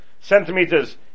centimeters